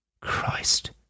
Christ